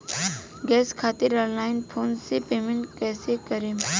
Gas खातिर online phone से payment कैसे करेम?